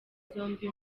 zombi